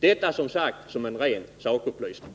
— Detta sagt som en ren sakupplysning.